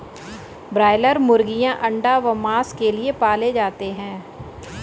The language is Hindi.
ब्रायलर मुर्गीयां अंडा व मांस के लिए पाले जाते हैं